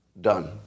Done